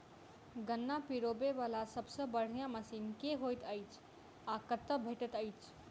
गन्ना पिरोबै वला सबसँ बढ़िया मशीन केँ होइत अछि आ कतह भेटति अछि?